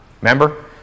Remember